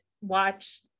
watch